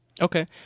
Okay